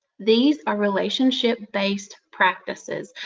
these are relationship-based practices.